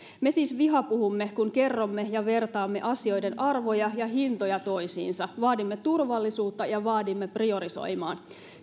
me siis vihapuhumme kun kerromme ja vertaamme asioiden arvoja ja hintoja toisiinsa vaadimme turvallisuutta ja vaadimme priorisoimaan